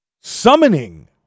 summoning